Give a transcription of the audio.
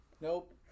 nope